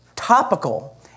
topical